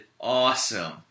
awesome